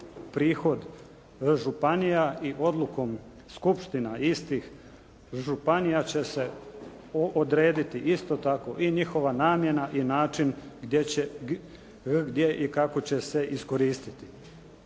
prihod županija i odlukom skupština istih županija će se odrediti isto tako i njihova namjena i način gdje će, gdje i kako će se iskoristiti.